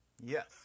Yes